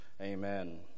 amen